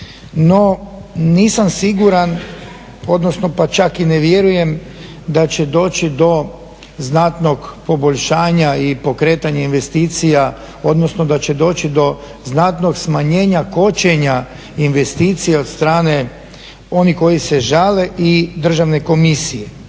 no nisam siguran, odnosno pa čak i ne vjerujem da će doći do znatnog poboljšanja i pokretanja investicija, odnosno da će doći do znatnog smanjenja kočenja investicija od strane onih koji se žale i državne komisije.